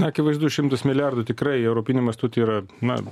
akivaizdu šimtus milijardų tikrai europiniu mastu tai yra na